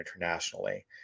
internationally